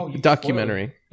documentary